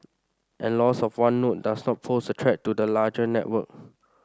and loss of one node does not pose a threat to the larger network